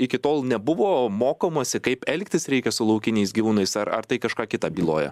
iki tol nebuvo mokomosi kaip elgtis reikia su laukiniais gyvūnais ar ar tai kažką kita byloja